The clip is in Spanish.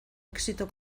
éxito